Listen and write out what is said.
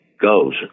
goes